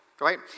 right